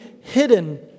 hidden